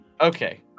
Okay